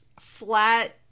flat